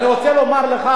אני רוצה לומר לך,